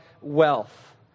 wealth